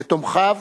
לתומכיו